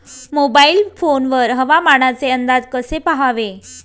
Mobile phone वर हवामानाचे अंदाज कसे पहावे?